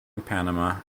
panama